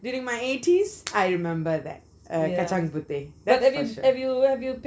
during my eighties I remember that uh kacang puteh that for sure